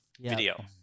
Video